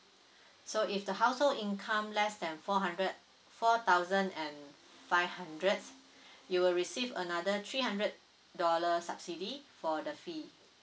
so if the household income less than four hundreds four thousands and five hundreds you will receive another three hundreds dollar subsidy for the fee